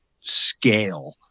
scale